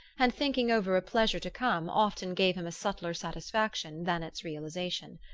and thinking over a pleasure to come often gave him a subtler satisfaction than its realisation.